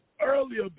earlier